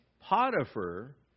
potiphar